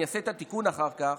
אני אעשה את התיקון אחר כך,